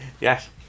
Yes